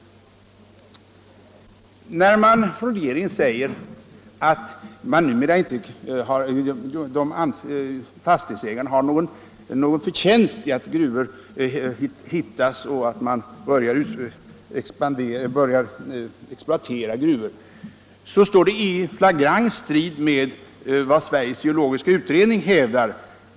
Regeringens uttalande att fastighetsägarna numera inte har någon förtjänst av att gruvfastigheter upptäcks och exploateras på deras marker står flagrant i strid med vad Sveriges geologiska undersökning hävdar.